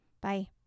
Bye